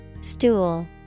stool